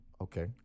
Okay